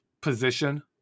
position